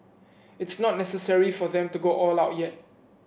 it's not necessary for them to go all out yet